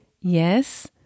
yes